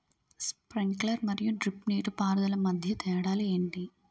Sprinkler మరియు drip నీటిపారుదల మధ్య తేడాలు ఏంటి?